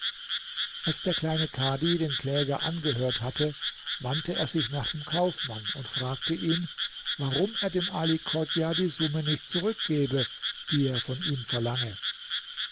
als der kleine kadhi den kläger angehört hatte wandte er sich nach dem kaufmann und fragte ihn warum er dem ali chodjah die summe nicht zurückgebe die er von ihm verlange